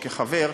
כחבר,